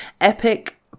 Epic